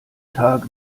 tag